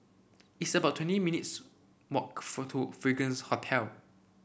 it's about twenty minutes walk for to Fragrance Hotel